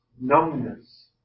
numbness